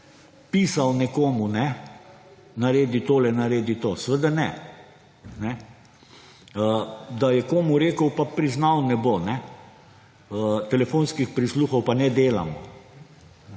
pisal nekomu, naredi tole, naredi to. Seveda ne. Da je komu rekel, pa priznal ne bo. Telefonskih prisluhov pa ne delamo.